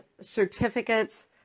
certificates